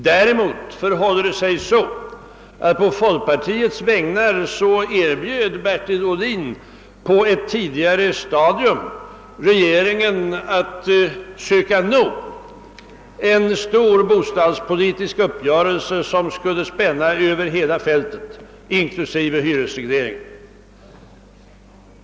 Däremot förhåller det sig så att herr Ohlin på folk partiets vägnar på ett tidigare stadium erbjöd regeringen att söka nå en stor bostadspolitisk uppgörelse, som skulle spänna över hela fältet inklusive hyresregleringen.